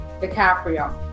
DiCaprio